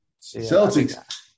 Celtics